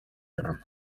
enam